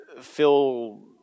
feel